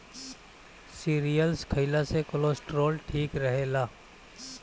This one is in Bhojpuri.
सीरियल्स खइला से कोलेस्ट्राल ठीक रहेला